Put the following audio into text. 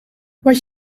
wat